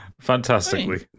Fantastically